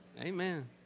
Amen